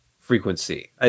frequency